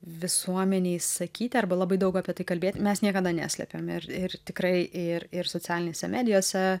visuomenei sakyti arba labai daug apie tai kalbėt mes niekada neslėpėm ir ir tikrai ir ir socialinėse medijose